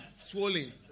swollen